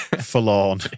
Forlorn